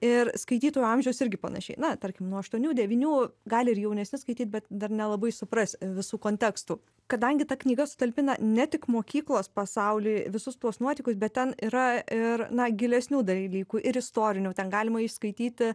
ir skaitytojų amžius irgi panašiai na tarkim nuo aštuonių devynių gali ir jaunesni skaityt bet dar nelabai supras visų kontekstų kadangi ta knyga sutalpina ne tik mokyklos pasaulį visus tuos nuotykius bet ten yra ir na gilesnių dalykų ir istorinių ten galima įskaityti